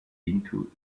into